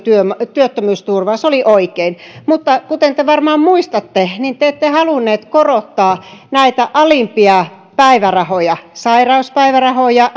työttömyysturvaa se oli oikein mutta kuten te varmaan muistatte niin te ette halunneet korottaa näitä alimpia päivärahoja sairauspäivärahoja